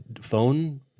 phone